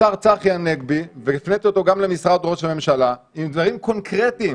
לשר צחי הנגבי והפניתי אותו גם למשרד ראש הממשלה עם דברים כקונקרטיים